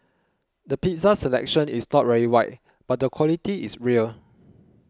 the pizza selection is not very wide but the quality is real